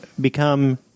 become